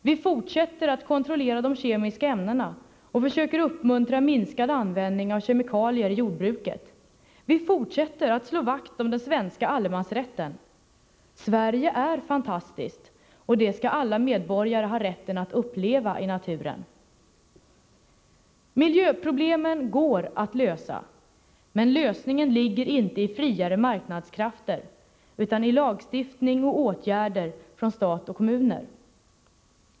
Vi fortsätter att kontrollera de kemiska ämnena och försöker uppmuntra minskad användning av kemikalier i jordbruket. Vi fortsätter att slå vakt om den svenska allemansrätten. Sverige är fantastiskt — och det skall alla medborgare ha rätten att uppleva i naturen. Miljöproblemen går att lösa, men lösningen ligger inte i friare marknadskrafter, utan i lagstiftning och åtgärder från stat och kommuner.